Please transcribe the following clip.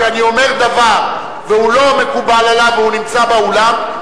כשאני אומר דבר והוא לא מקובל עליו והוא נמצא באולם,